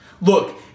Look